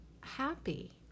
happy